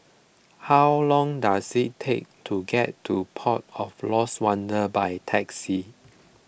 how long does it take to get to Port of Lost Wonder by taxi